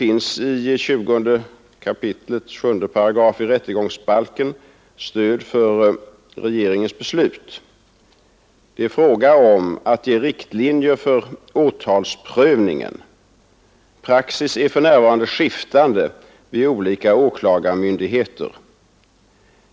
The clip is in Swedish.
I 20 kap. 7 8 rättegångsbalken finns det stöd för regeringens beslut i det avseendet. Det är fråga om att ge riktlinjer för åtalsprövningen. Praxis är för närvarande skiftande vid olika åklagarmyndigheter.